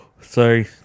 Sorry